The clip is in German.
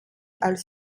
als